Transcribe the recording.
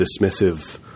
dismissive